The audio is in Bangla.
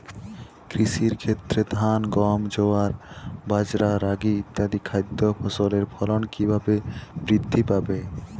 কৃষির ক্ষেত্রে ধান গম জোয়ার বাজরা রাগি ইত্যাদি খাদ্য ফসলের ফলন কীভাবে বৃদ্ধি পাবে?